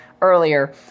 earlier